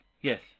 Yes